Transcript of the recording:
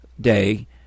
day